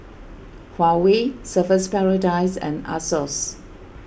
Huawei Surfer's Paradise and Asos